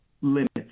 limits